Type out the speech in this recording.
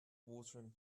watering